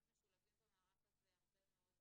באמת משולבים במערך הזה הרבה מאוד